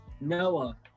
Noah